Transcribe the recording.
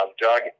Doug